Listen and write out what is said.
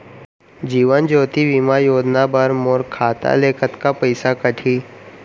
जीवन ज्योति बीमा योजना बर मोर खाता ले कतका पइसा कटही?